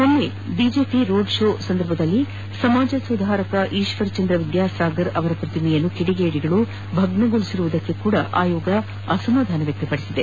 ಮೊನ್ನೆ BJP road show ಸಂದರ್ಭದಲ್ಲಿ ಸಮಾಜ ಸುಧಾರಕ ಈಶ್ವರಚಂದ್ರ ವಿದ್ಯಾಸಾಗರ ಪ್ರತಿಮೆಯನ್ನು ಕಿಡಿಗೇಡಿಗಳು ಭಗ್ನಗೊಳಿಸಿರುವುದಕ್ಕೆ ಆಯೋಗ ಅಸಮಾಧಾನ ವ್ಯಕ್ತಪಡಿಸಿದೆ